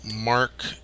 Mark